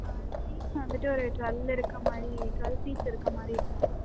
ஆ seats வந்துட்டு ஒரு dual இருக்கா மாதிரி டுவெல் சீட்ஸ் இருக்கற மாதிரி இருக்கும்